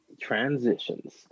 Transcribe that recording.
transitions